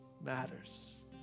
matters